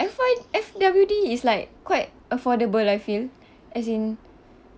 F Y F_W_D is like quite affordable I feel as in